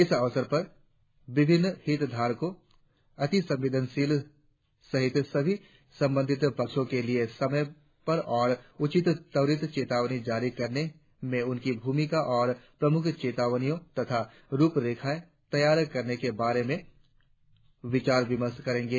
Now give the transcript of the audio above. इस अवसर पर विभिन्न हितधारक अतिसंवेदनशील सहित सभी संबंधित पक्षों के लिए समय पर और उचित त्वरित चेतावनी जारी करने में उनकी भूमिका और मुख्य चेतावनियों तथा रुप रेखा तैयार करने के बारे में विचार विमर्श करेंगे